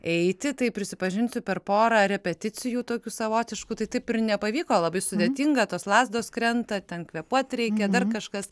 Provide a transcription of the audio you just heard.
eiti tai prisipažinsiu per porą repeticijų tokių savotiškų tai taip ir nepavyko labai sudėtinga tos lazdos krenta ten kvėpuot reikia dar kažkas